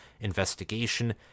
investigation